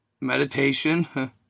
meditation